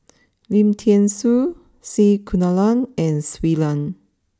Lim Thean Soo C Kunalan and Shui Lan